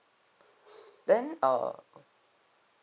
then err